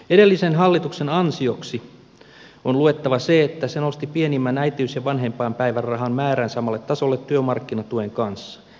edellisen hallituksen ansioksi on luettava se että se nosti pienimmän äitiys ja vanhempainpäivärahan määrän samalle tasolle työmarkkinatuen kanssa